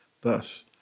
Thus